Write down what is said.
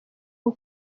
ubu